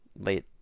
late